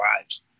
lives